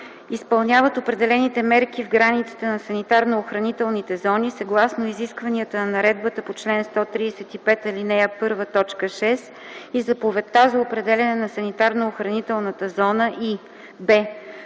изпълняват определените мерки в границите на санитарно-охранителните зони съгласно изискванията на наредбата по чл. 135, ал. 1, т. 6 и заповедта за определяне на санитарно-охранителната зона, и